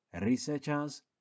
researchers